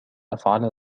أفعل